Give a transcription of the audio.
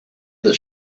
this